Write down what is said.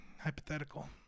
hypothetical